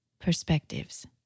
perspectives